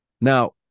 Now